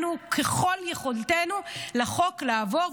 ככל יכולתנו סייענו לחוק לעבור,